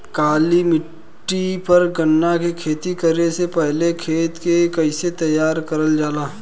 काली मिट्टी पर गन्ना के खेती करे से पहले खेत के कइसे तैयार करल जाला?